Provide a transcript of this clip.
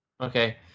Okay